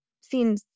seen